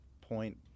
point